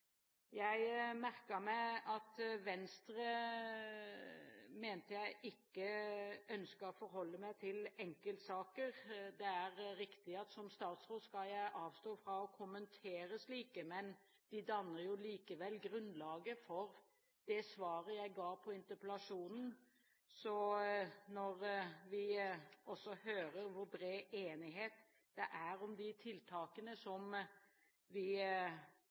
Jeg merket meg at Venstre mente jeg ikke ønsket å forholde meg til enkeltsaker. Det er riktig at som statsråd skal jeg avstå fra å kommentere slike, men de danner jo likevel grunnlaget for det svaret jeg ga på interpellasjonen. Når vi hører hvor bred enighet det er om de tiltakene som vi